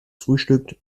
frühstückt